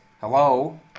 Hello